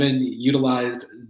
utilized